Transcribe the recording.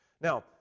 Now